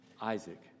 Isaac